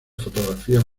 fotografías